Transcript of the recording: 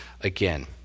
again